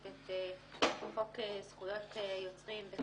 הצעת חוק זכות יוצרים והצעת חוק הבנקאות.